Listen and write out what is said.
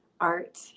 art